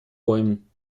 bäumen